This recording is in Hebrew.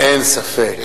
אין ספק.